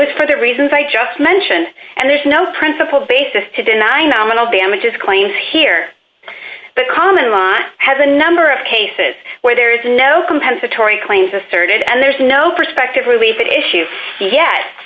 it for the reasons i just mentioned and there's no principled basis to deny nominal damages claims here but common law has a number of cases where there is no compensatory claims asserted and there's no prospective relief at issue yet